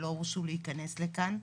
שלא הורשו להיכנס לכאן.